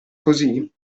così